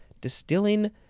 distilling